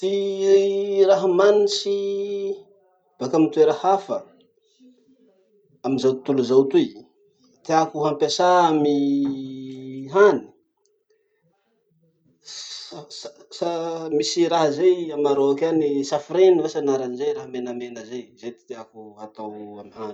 Ty raha manitsy baka amy toera hafa amy zao ntontolo izay toy tiako hampiasà amy hany: sa sa sa misy raha zay a maroc any, safrine vaza anarany zazy raha menamena zay. Zay ty tiako hatao amy hany.